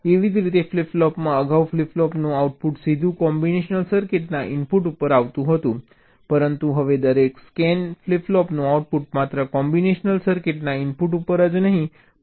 એવી જ રીતે ફ્લિપ ફ્લોપમાં અગાઉ ફ્લિપ ફ્લોપનું આઉટપુટ સીધું કોમ્બિનેશનલ સર્કિટના ઇનપુટ ઉપર આવતું હતું પરંતુ હવે દરેક સ્કેન ફ્લિપ ફ્લોપનું આઉટપુટ માત્ર કોમ્બિનેશનલ સર્કિટના ઇનપુટ ઉપર જ નહીં પણ ઇનપુટમાં પણ આવશે